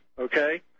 okay